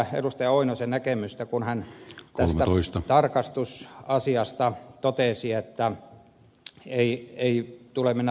pentti oinosen näkemystä kun hän tästä tarkastusasiasta totesi että ei tule mennä poliisivaltioon